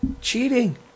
cheating